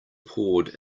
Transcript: poured